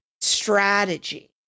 strategy